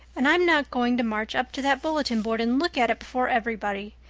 and i'm not going to march up to that bulletin board and look at it before everybody.